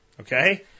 Okay